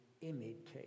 imitate